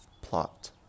plot